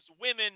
women